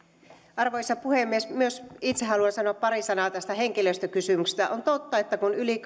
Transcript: arvoisa puhemies myös itse haluan sanoa pari sanaa tästä henkilöstökysymyksestä on totta että kun yli